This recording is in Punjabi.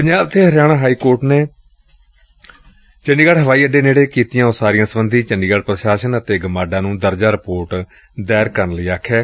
ਪੰਜਾਬ ਅਤੇ ਹਰਿਆਣਾ ਹਾਈਕੋਰਟ ਨੇ ਹਵਾਈ ਅੱਡੇ ਨੇੜੇ ਕੀਤੀਆਂ ਉਸਾਰੀਆਂ ਸਬੰਧੀ ਚੰਡੀਗੜ੍ ਪ੍ਰਸ਼ਾਸਨ ਅਤੇ ਗਮਾਡਾ ਨੁੰ ਦਰਜਾ ਰਿਪੇਰਟ ਦਾਇਰ ਕਰਨ ਲਈ ਕਿਹੈ